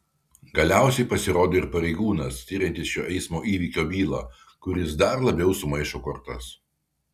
galiausiai pasirodo ir pareigūnas tiriantis šio eismo įvykio bylą kuris dar labiau sumaišo kortas